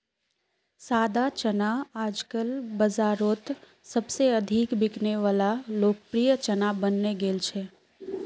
सादा चना आजकल बाजारोत सबसे अधिक बिकने वला लोकप्रिय चना बनने गेल छे